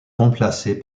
remplacée